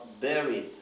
buried